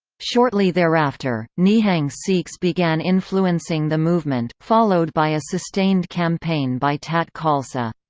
shortly thereafter, nihang sikhs began influencing the movement, followed by a sustained campaign by tat khalsa.